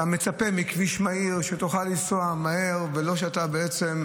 אתה מצפה מכביש מהיר שתוכל לנסוע מהר ולא שאתה בעצם,